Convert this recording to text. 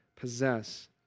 possess